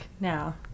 now